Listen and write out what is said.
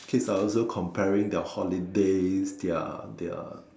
kids are also comparing their holidays their their